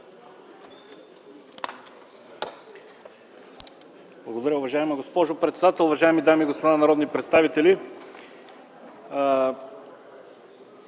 Благодаря. Уважаема госпожо председател, уважаеми дами и господа народни представители!